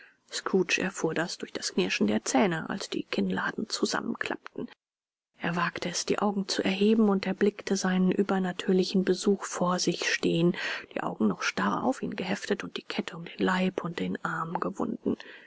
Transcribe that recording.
erfuhr das durch das knirschen der zähne als die kinnladen zusammen klappten er wagte es die augen zu erheben und erblickte seinen übernatürlichen besuch vor sich stehen die augen noch starr auf ihn geheftet und die kette um den leib und den arm gewunden